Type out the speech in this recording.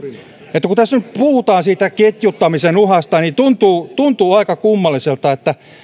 että kun tässä nyt puhutaan siitä ketjuttamisen uhasta niin tuntuu tuntuu aika kummalliselta